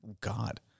God